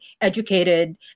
educated